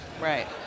right